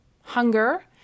Hunger